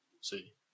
See